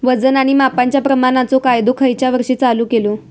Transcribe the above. वजन आणि मापांच्या प्रमाणाचो कायदो खयच्या वर्षी चालू केलो?